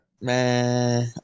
Man